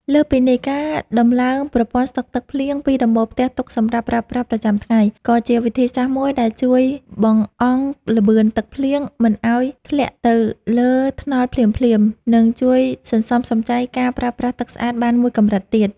លើសពីនេះ ការតម្លើងប្រព័ន្ធស្តុកទឹកភ្លៀងពីដំបូលផ្ទះទុកសម្រាប់ប្រើប្រាស់ប្រចាំថ្ងៃ ក៏ជាវិធីសាស្ត្រមួយដែលជួយបង្អង់ល្បឿនទឹកភ្លៀងមិនឱ្យធ្លាក់ទៅលើថ្នល់ភ្លាមៗ និងជួយសន្សំសំចៃការប្រើប្រាស់ទឹកស្អាតបានមួយកម្រិតទៀត។